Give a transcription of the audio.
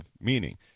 meaning